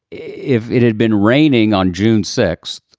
if it had been raining on june six,